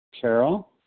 Carol